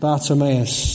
Bartimaeus